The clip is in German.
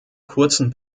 kurzen